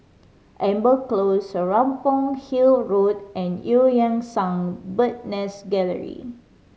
Amber Close Serapong Hill Road and Eu Yan Sang Bird Nest Gallery